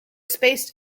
spaced